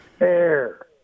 air